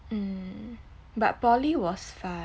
mm but poly was fun